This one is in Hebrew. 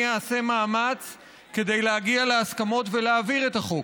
אעשה מאמץ כדי להגיע להסכמות ולהעביר את החוק,